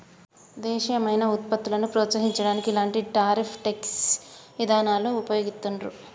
దేశీయమైన వుత్పత్తులను ప్రోత్సహించడానికి ఇలాంటి టారిఫ్ ట్యేక్స్ ఇదానాలను వుపయోగిత్తండ్రు